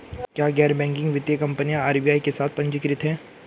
क्या गैर बैंकिंग वित्तीय कंपनियां आर.बी.आई के साथ पंजीकृत हैं?